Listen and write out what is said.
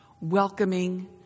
welcoming